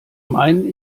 meinen